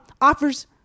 offers